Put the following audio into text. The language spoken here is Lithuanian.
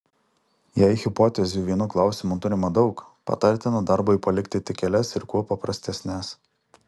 jei hipotezių vienu klausimu turima daug patartina darbui palikti tik kelias ir kuo paprastesnes